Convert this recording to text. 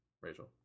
Rachel